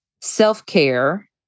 self-care